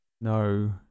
No